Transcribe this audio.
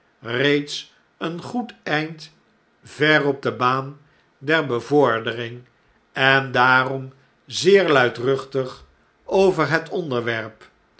reeds een goed eind ver op de baan der bevordering en daarom zeer luidruchtig over het onderwerp